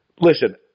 Listen